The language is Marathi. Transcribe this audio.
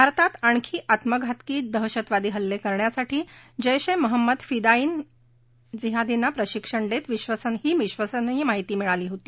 भारतात आणखी आत्मघातकी दहशतवादी हल्ले करण्यासाठी जैश ए महम्मद फिदाईन जिहादींना प्रशिक्षण देत विश्वसनीय माहिती मिळाली होती